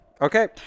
Okay